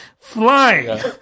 flying